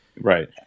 Right